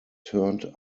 turned